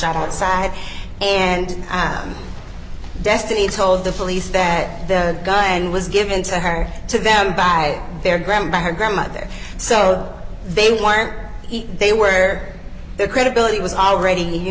outside and i'm destiny told the police that the guy and was given to her to them by their grandma her grandmother so they weren't they where their credibility was already you